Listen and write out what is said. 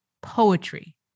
poetry